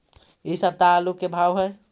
इ सप्ताह आलू के का भाव है?